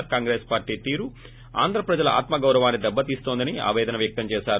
are Congress party తీరు ఆంధ్ర ప్రజల ఆత్మ గౌరవాన్ని దెబ్బతీస్తోందని ఆవేదన వ్యక్తం చేసారు